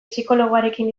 psikologoarekin